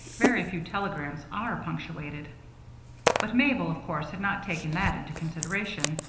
very few telegrams are punctuated but mabel, of course, had not taken that into consideration.